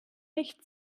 nicht